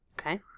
Okay